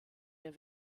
der